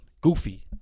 goofy